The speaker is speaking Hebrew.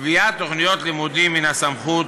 קביעת תוכניות לימודים היא סמכות